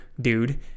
dude